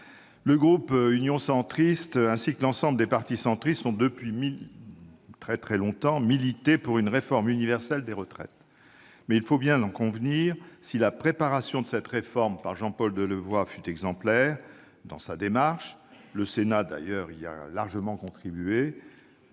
le groupe Union Centriste, ainsi que l'ensemble des partis centristes, ont depuis longtemps milité pour une réforme universelle des retraites. Mais, il faut bien en convenir, si la préparation de cette réforme par Jean-Paul Delevoye fut exemplaire dans sa démarche- le Sénat y a d'ailleurs largement contribué